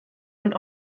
und